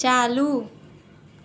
चालू